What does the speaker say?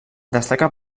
destaca